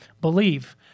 believe